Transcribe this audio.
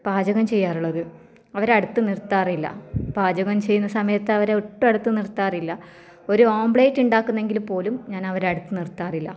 പാചകം ചെയ്യാറുള്ളത് അവരെ അടുത്ത് നിർത്താറില്ല പാചകം ചെയ്യുന്ന സമയത്ത് അവരെ ഒട്ടും അടുത്ത് നിർത്താറില്ല ഒരു ഓംലെറ്റ് ഉണ്ടാക്കുന്നെങ്കിൽ പോലും ഞാൻ അവരെ അടുത്ത് നിർത്താറില്ല